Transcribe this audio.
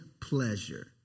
pleasure